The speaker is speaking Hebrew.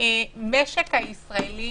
המשק הישראלי